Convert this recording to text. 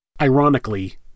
Ironically